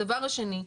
הדבר השני,